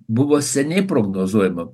buvo seniai prognozuojama